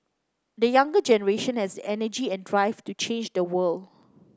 the younger generation has the energy and drive to change the world